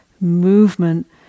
movement